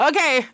Okay